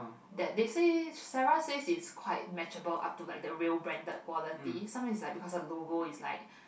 that they said Sara said is quite metrizable up to like the real branded quality sometimes is like because a logo is like